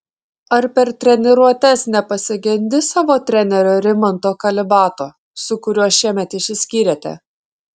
ar per treniruotes nepasigendi savo trenerio rimanto kalibato su kuriuo šiemet išsiskyrėte